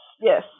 Yes